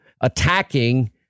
attacking